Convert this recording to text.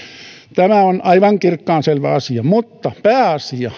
tämä on aivan kirkkaanselvä asia mutta pääasia